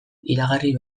iragarri